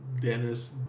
Dennis